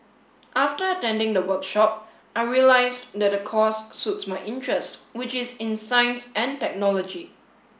after attending the workshop I realised that the course suits my interest which is in science and technology